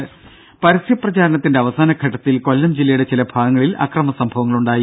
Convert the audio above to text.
ദേദ പരസ്യ പ്രചാരണത്തിന്റെ അവാസനഘട്ടത്തിൽ കൊല്ലം ജില്ലയുടെ ചില ഭാഗങ്ങളിൽ അക്രമ സംഭവങ്ങളുണ്ടായി